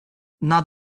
not